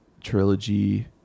trilogy